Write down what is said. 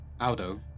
Aldo